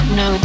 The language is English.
no